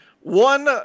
One